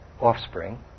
offspring